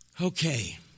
Okay